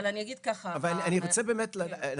אבל אני אגיד ככה --- אבל אני רוצה באמת לדעת,